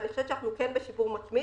ואני חושבת שאנחנו כן בשיפור מתמיד,